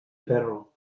ferro